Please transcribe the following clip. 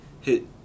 hit